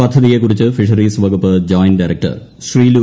പദ്ധതിയെ കുറിച്ച് ഫിഷറീസ് വകുപ്പ് ജോയിന്റ് ഡയറക്ടർ ശ്രീലു